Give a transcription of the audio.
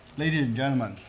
ladies and gentlemen,